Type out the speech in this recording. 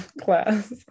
class